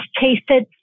tasted